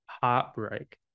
heartbreak